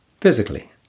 physically